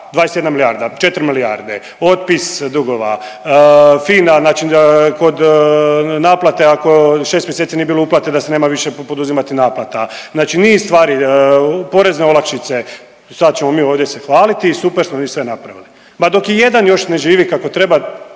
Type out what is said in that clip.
21 milijarda, 4 milijarde, otpis dugova, FINA kod naplate ako 6 mjeseci nije bilo uplate da se nema više poduzimati naplata. Znači niz stvari, porezne olakšice, sad ćemo se mi ovdje se hvaliti i super smo mi sve napravili. Ma dok i jedan još ne živi kako treba